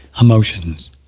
Emotions